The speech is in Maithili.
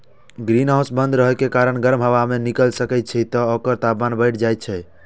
ग्रीनहाउस बंद रहै के कारण गर्म हवा नै निकलि सकै छै, तें ओकर तापमान बढ़ि जाइ छै